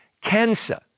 Cancer